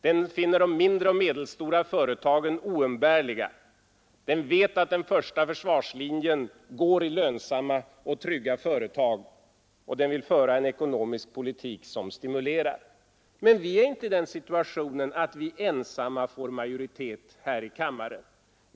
Den finner de mindre och medelstora företagen oumbärliga. Den vet att den första försvarslinjen går i lönsamma och trygga företag, och den vill föra en ekonomisk politik som stimulerar. Men vi är inte i den situationen att vi ensamma får majoritet här i kammaren.